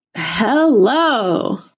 Hello